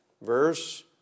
verse